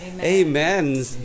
Amen